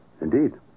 indeed